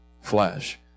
flesh